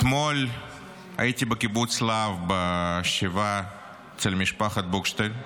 אתמול הייתי בקיבוץ להב בשבעה אצל משפחת בוכשטב.